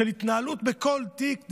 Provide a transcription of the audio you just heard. של התנהלות בכל תיק.